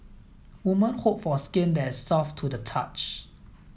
woman hope for skin that is soft to the touch